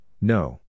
no